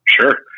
Sure